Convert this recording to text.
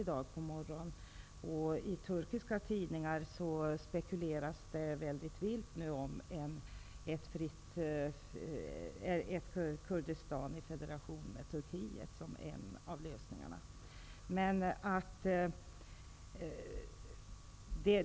I turkiska tidningar spekuleras nu om ett Kurdistan i federation med Turkiet som en av lösningarna.